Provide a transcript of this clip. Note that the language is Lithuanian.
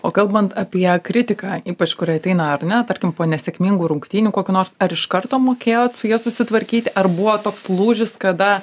o kalbant apie kritiką ypač kuri ateina ar ne tarkim po nesėkmingų rungtynių kokių nors ar iš karto mokėjot su ja susitvarkyti ar buvo toks lūžis kada